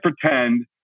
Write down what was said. pretend